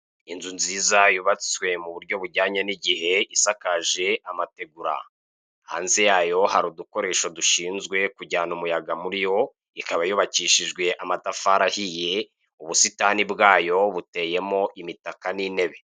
Inzu nziza yubatswe mu buryo bujyanye n'igihe isakaje amategura. Hanze yayo hari udukoresho dushinzwe kujyana umuyaga muri yo, ikaba yubakishije amatafari ahiye, ubusitani bwayo buteyemo imitaka n'intebe.